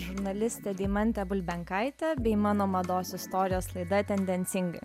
žurnalistė deimantė bulbenkaitė bei mano mados istorijos laida tendencingai